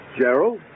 Gerald